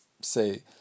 say